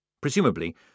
Presumably